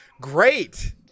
great